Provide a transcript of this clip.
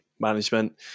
management